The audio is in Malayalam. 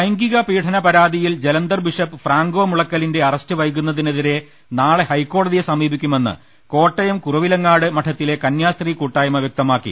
ലൈംഗിക പീഡന പരാതിയിൽ ജലന്ധർ ബിഷപ്പ് ഫ്രാങ്കോ മുളക്കലിന്റെ അറസ്റ്റ് വൈകുന്നതിനെതിരെ നാളെ ഹൈക്കോടതിയെ സമീപിക്കുമെന്ന് കോട്ടയം കുറവി ലങ്ങാട് മഠത്തിലെ കന്യാസ്ത്രീ കൂട്ടായ്മ വ്യക്തമാക്കി